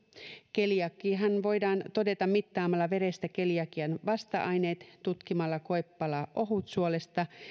keliakiahan voidaan todeta mittaamalla verestä keliakian vasta aineet tutkimalla koepala ohutsuolesta